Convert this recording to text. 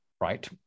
right